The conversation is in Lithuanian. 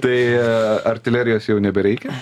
tai artilerijos jau nebereikia